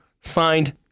signed